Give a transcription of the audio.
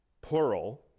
plural